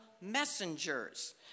messengers